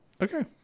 okay